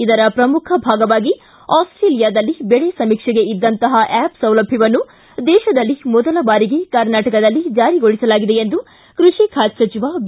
ಇದರ ಪ್ರಮುಖ ಭಾಗವಾಗಿ ಆಸ್ವೇಲಿಯಾದಲ್ಲಿ ಬೆಳೆ ಸಮೀಕ್ಷೆಗೆ ಇದ್ದಂತಹ ಆ್ಯಪ್ ಸೌಲಭ್ಯವನ್ನು ದೇಶದಲ್ಲಿ ಮೊದಲ ಬಾರಿಗೆ ಕರ್ನಾಟಕದಲ್ಲಿ ಜಾರಿಗೊಳಿಸಲಾಗಿದೆ ಎಂದು ಕೃಷಿ ಖಾತೆ ಸಚಿವ ಬಿ